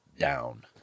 down